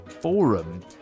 forum